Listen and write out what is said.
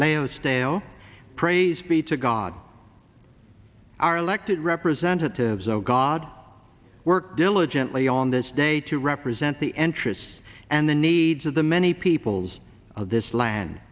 layo stale praise be to god our elected representatives of god work diligently on this day to represent the entrance and the needs of the many peoples of this land